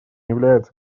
является